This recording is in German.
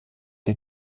der